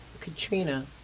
Katrina